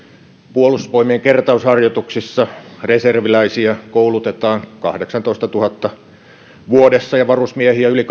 puolustusvoimien kertausharjoituksissa reserviläisiä koulutetaan kahdeksassatoistatuhannessa vuodessa ja varusmiehiä koulutetaan yli